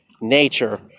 nature